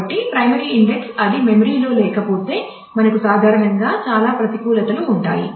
కాబట్టి primary index అది memory లో లేకపోతే మనకు సాధారణంగా చాలా ప్రతికూలతలు ఉంటాయి